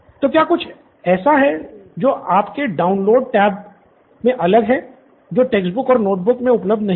तो क्या कुछ ऐसा है जो आपके डाउनलोड टैब में अलग है जो टेक्स्ट बुक्स और नोटबुक में उपलब्ध नहीं है